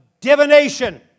Divination